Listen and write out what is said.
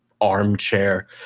armchair